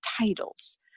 titles